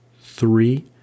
Three